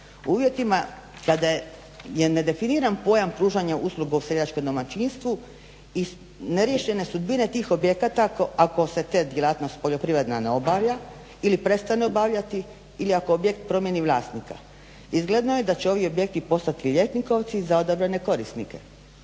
u uvjetima kada je nedefiniran pojam pružanja usluge u seljačkom domaćinstvu i neriješene sudbine tih objekata ako se ta djelatnost poljoprivredna ne obavlja ili prestane obavljati ili ako objekt promijeni vlasnika. Izgledno je da će ovi objekti postati ljetnikovci za odabrane korisnike,